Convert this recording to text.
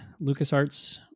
LucasArts